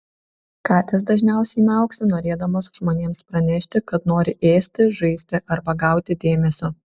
katės dažniausiai miauksi norėdamos žmonėms pranešti kad nori ėsti žaisti arba gauti dėmesio